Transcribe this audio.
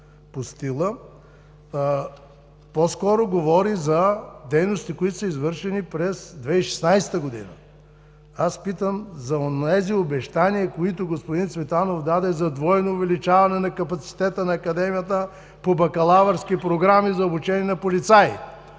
по-скоро говори за дейности, които са извършени през 2016 г. Аз питам за онези обещания, които господин Цветанов даде за двойно увеличаване на капацитета на Академията по бакалавърски програми за обучение на полицаи.